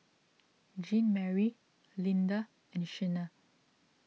Jeanmarie Linda and Shenna